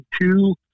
two